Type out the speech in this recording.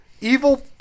evil